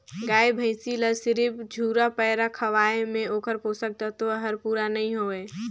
गाय भइसी ल सिरिफ झुरा पैरा खवाये में ओखर पोषक तत्व हर पूरा नई होय